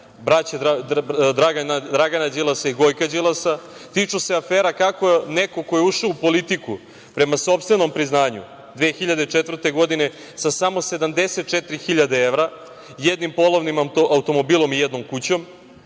braće Dragana i Gojka Đilasa, tiču se afera kako neko ko je ušao u politiku prema sopstvenom priznanju 2004. godine sa samo 74 hiljade evra, jednim polovnim automobilom i jednom kućom,